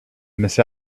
miss